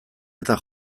eta